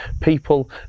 people